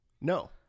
No